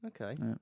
Okay